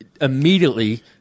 immediately